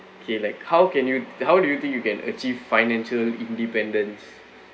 K like how can you how do you think you can achieve financial independence